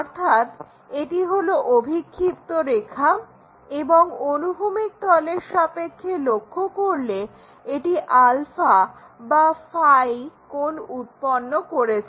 অর্থাৎ এটি হলো অভিক্ষিপ্ত রেখা এবং অনুভূমিক তলের সাপেক্ষে লক্ষ্য করলে এটি বা φ কোণ উৎপন্ন করেছে